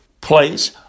place